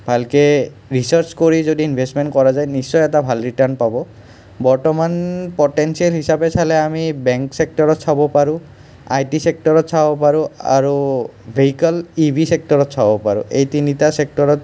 ভালকৈ ৰিচাৰ্চ কৰি যদি ইনভেচমেণ্ট কৰা যায় নিশ্চয় এটা ভাল ৰিটাৰ্ণ পাব বৰ্তমান পটেনচিয়েল হিচাপে চালে আমি বেংক চেক্টৰত চাব পাৰোঁ আই টি চেক্টৰত চাব পাৰোঁ আৰু ভেইকল ই ভি চেক্টৰত চাব পাৰোঁ এই তিনিটা চেক্টৰত